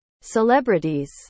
celebrities